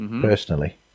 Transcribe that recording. personally